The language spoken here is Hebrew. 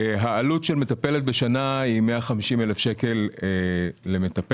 העלות של מטפלת בשנה היא 150,000 שקל למטפלת.